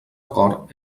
cort